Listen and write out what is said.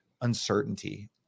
uncertainty